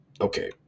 okay